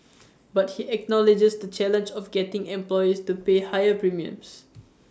but he acknowledges the challenge of getting employers to pay higher premiums